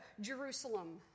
Jerusalem